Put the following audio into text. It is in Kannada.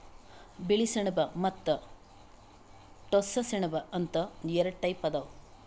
ಬಿಳಿ ಸೆಣಬ ಮತ್ತ್ ಟೋಸ್ಸ ಸೆಣಬ ಅಂತ್ ಎರಡ ಟೈಪ್ ಅದಾವ್